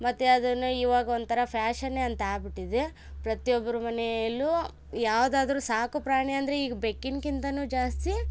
ಮತ್ತೆ ಅದನ್ನು ಇವಾಗ ಒಂಥರ ಫ್ಯಾಷನ್ನೇ ಅಂತ ಆಗ್ಬಿಟ್ಟಿದೆ ಪ್ರತಿಯೊಬ್ಬರ ಮನೆಯಲ್ಲು ಯಾವುದಾದ್ರೂ ಸಾಕುಪ್ರಾಣಿ ಅಂದರೆ ಈಗ ಬೆಕ್ಕಿನ್ಗಿಂತನೂ ಜಾಸ್ತಿ